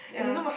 yeah